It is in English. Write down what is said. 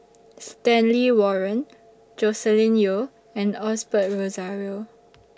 Stanley Warren Joscelin Yeo and Osbert Rozario